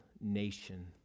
nation